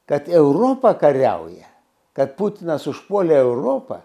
kad europa kariauja kad putinas užpuolė europą